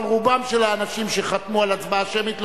אבל רובם של האנשים שחתמו על הצבעה שמית,